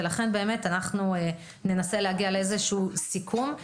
ולכן ננסה להגיע לאיזשהו סיכום.